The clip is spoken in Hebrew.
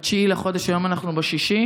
ב-9 בחודש, היום אנחנו ב-6,